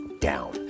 down